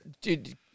dude